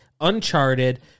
Uncharted